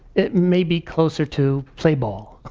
it maybe closer to play ball.